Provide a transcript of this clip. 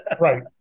Right